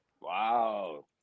Wow